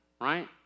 right